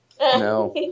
No